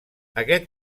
aquest